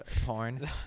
porn